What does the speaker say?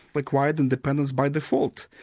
but acquired independence by default.